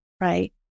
right